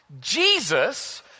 Jesus